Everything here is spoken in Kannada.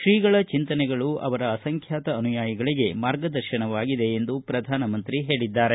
ತ್ರೀಗಳ ಚಿಂತನೆಗಳು ಅವರ ಅಸಂಖ್ಯಾತ ಅನುಯಾಯಿಗಳಿಗೆ ಮಾರ್ಗದರ್ಶನವಾಗಿವೆ ಎಂದು ಪ್ರಧಾನಮಂತ್ರಿ ಹೇಳಿದ್ದಾರೆ